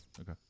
Okay